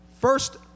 First